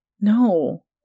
No